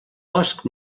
bosc